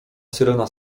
syrena